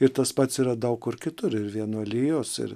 ir tas pats yra daug kur kitur ir vienuolijos ir